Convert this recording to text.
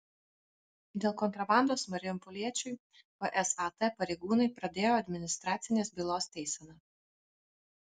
dėl kontrabandos marijampoliečiui vsat pareigūnai pradėjo administracinės bylos teiseną